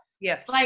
Yes